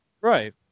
right